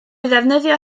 ddefnyddio